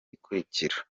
ikurikira